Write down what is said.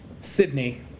Sydney